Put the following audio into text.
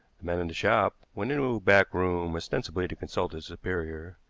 the man in the shop went into a back room ostensibly to consult his superior,